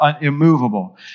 immovable